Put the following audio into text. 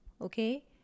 okay